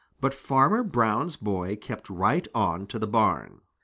but farmer brown's boy kept right on to the barn.